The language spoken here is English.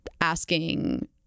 asking